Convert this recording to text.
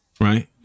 right